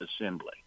assembly